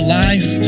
life